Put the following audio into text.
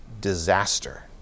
disaster